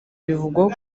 bivugwaho